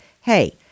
Hey